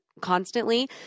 constantly